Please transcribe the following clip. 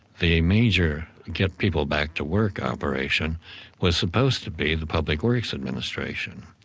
the major get-people-back-to-work operation was supposed to be the public works administration,